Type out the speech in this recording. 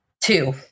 Two